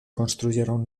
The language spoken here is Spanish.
construyeron